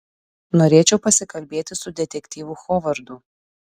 norėčiau pasikalbėti su detektyvu hovardu